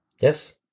Yes